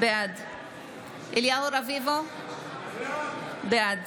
בעד אליהו רביבו, בעד